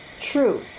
true